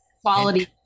Quality